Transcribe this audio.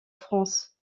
france